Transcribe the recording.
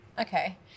Okay